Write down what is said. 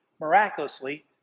miraculously